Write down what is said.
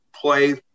play